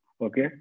Okay